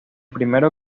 primero